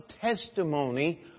testimony